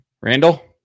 Randall